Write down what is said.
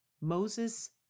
Moses